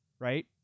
right